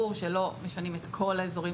כדי שיהיה ברור שלא משנים את כל האזורים